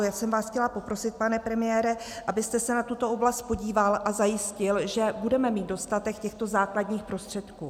Já jsem vás chtěla poprosit, pane premiére, abyste se na tuto oblast podíval a zajistil, že budeme mít dostatek těchto základních prostředků.